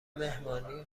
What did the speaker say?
مهمانی